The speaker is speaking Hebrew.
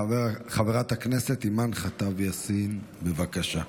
חברת הכנסת אימאן ח'טיב יאסין, בבקשה.